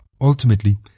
Ultimately